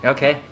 Okay